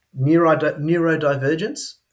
neurodivergence